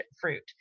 fruit